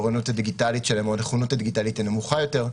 האוריינות הדיגיטלית שלהם או הנכונות הדיגיטלית היא נמוכה יותר,